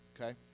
okay